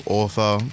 author